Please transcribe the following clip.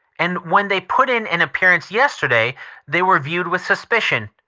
and when they put in an appearance yesterday they were viewed with suspicion,